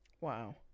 Wow